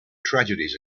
tragedies